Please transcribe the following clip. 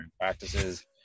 practices